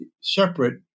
separate